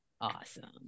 Awesome